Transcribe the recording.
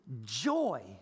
joy